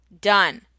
done